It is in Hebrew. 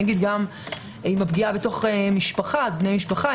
גם אם הפגיעה בתוך משפחה אז בני משפחה,